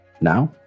Now